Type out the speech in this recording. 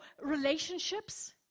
relationships